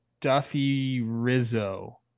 Duffy-Rizzo